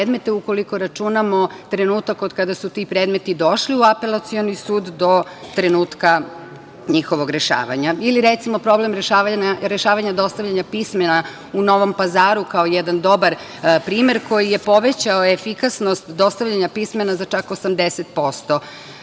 ukoliko računamo trenutak od kada su ti predmeti došli u apelacioni sud do trenutka njihovog rešavanja. Ili, recimo, problem rešavanja dostavljanja pismena u Novom Pazaru, kao jedan dobar primer koji je povećao efikasnost dostavljanja pismena za čak